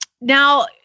now